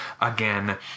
again